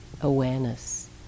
awareness